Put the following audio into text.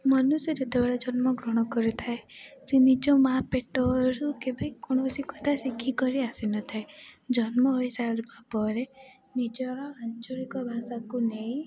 ମନୁଷ୍ୟ ଯେତେବେଳେ ଜନ୍ମ ଗ୍ରହଣ କରିଥାଏ ସେ ନିଜ ମାଆ ପେଟରୁ କେବେ କୌଣସି କଥା ଶିଖିକରି ଆସିନଥାଏ ଜନ୍ମ ହୋଇସାରିବା ପରେ ନିଜର ଆଞ୍ଚଳିକ ଭାଷାକୁ ନେଇ